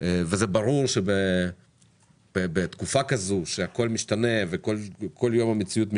וזה ברור שבתקופה כזו שהכל משתנה וכל יום המציאות משתנה,